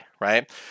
right